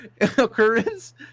occurrence